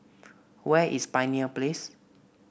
where is Pioneer Place